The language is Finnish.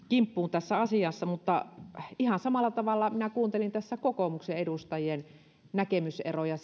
kimppuun tässä asiassa mutta ihan samalla tavalla minä kuuntelin tässä kokoomuksen edustajien näkemyseroja